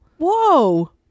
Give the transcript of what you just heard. Whoa